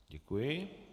Děkuji.